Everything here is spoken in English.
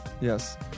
Yes